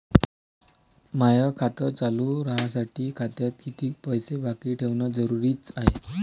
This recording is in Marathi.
माय खातं चालू राहासाठी खात्यात कितीक पैसे बाकी ठेवणं जरुरीच हाय?